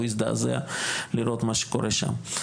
והוא הזדעזע לראות מה קורה שם.